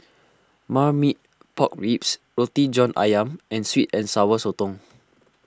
Marmite Pork Ribs Roti John Ayam and Sweet and Sour Sotong